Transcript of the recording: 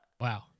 Wow